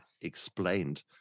explained